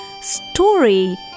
story